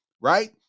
right